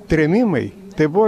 trėmimai tai buvo